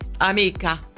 amica